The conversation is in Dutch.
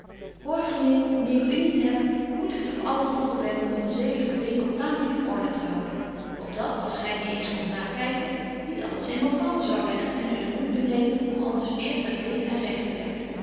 hoor vriendin nu ik u niet heb moet ik het op alle boegen wenden om de zedelyke winkel taamlyk in order te houên op dat als gy die eens komt na kyken niet alles in malkander zou leggen en u den moed benemen om alles weêr ter deeg en regt te leggen